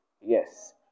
Yes